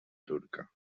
turca